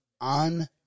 on